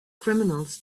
criminals